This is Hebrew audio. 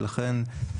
ולכן,